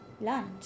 lunch